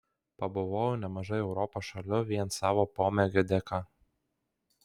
pabuvojau nemažai europos šalių vien savo pomėgio dėka